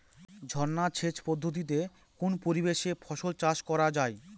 ঝর্না সেচ পদ্ধতিতে কোন পরিবেশে ফসল চাষ করা যায়?